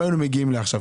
לא היינו מגיעים לעכשיו,